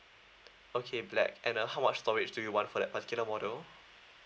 okay black and uh how much storage do you want for that particular model